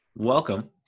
Welcome